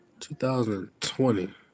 2020